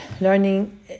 learning